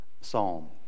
psalm